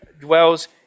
dwells